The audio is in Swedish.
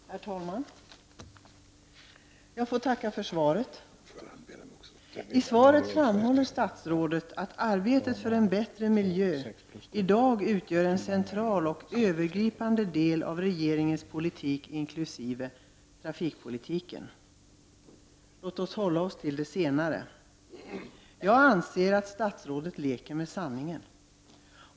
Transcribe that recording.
Herr talman! Jag får tacka för svaret. I svaret framhåller statsrådet att arbetet för en bättre miljö i dag utgör en central och övergripande del av regeringens politik, inkl. trafikpolitiken. Låt oss hålla oss till det senare. Jag anser att statsrådet leker med sanningen.